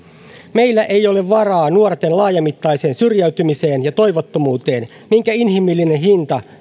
meillä ei ole varaa nuorten laajamittaiseen syrjäytymiseen ja toivottomuuteen minkä inhimillinen hinta